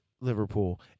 Liverpool